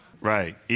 Right